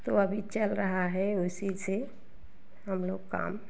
तो अभी चल रहा है इसी से हम लोग काम